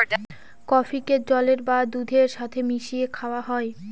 কফিকে জলের বা দুধের সাথে মিশিয়ে খাওয়া হয়